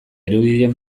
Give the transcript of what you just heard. irudien